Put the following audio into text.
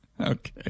Okay